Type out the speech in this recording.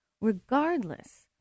regardless